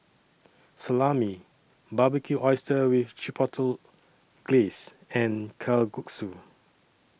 Salami Barbecued Oysters with Chipotle Glaze and Kalguksu